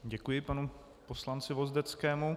Děkuji panu poslanci Vozdeckému.